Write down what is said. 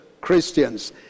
christians